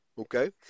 okay